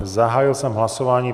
Zahájil jsem hlasování.